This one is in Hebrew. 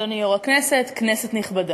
אדוני יושב-ראש הכנסת, כנסת נכבדה,